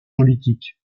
politique